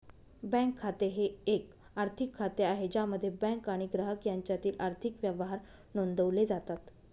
bank खाते हे एक आर्थिक खाते आहे ज्यामध्ये बँक आणि ग्राहक यांच्यातील आर्थिक व्यवहार नोंदवले जातात